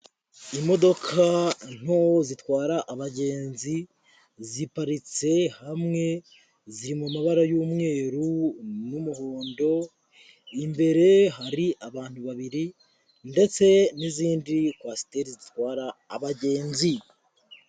Imodoka nto zitwara abagenzi, ziparitse hamwe, ziri mu mabara y'umweru n'umuhondo, imbere hari abantu babiri ndetse n'izindi kwasiteri zitwara abagenzi.